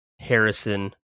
Harrison